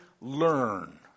learn